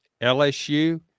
LSU